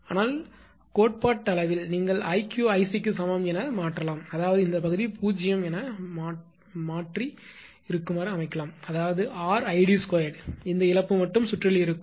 ஆனால் கோட்பாட்டளவில் நீங்கள் 𝐼𝑞 𝐼𝑐 க்கு சமம் என மாற்றலாம் அதாவது இந்த பகுதி 0 ஆக இருக்கும் அதாவது 𝑅𝐼d2 இந்த இழப்பு மட்டும் சுற்றில் இருக்கும்